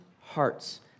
hearts